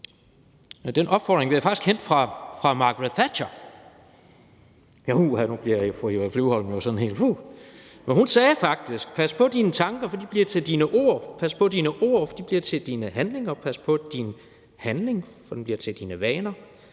den opfordring vil jeg faktisk hente fra Margaret Thatcher – uha, nu gyser fru Eva Flyvholm – men hun sagde faktisk: Pas på dine tanker, for de bliver dine ord. Pas på dine ord, for de bliver dine handlinger. Pas på din handling, for den bliver til dine vaner.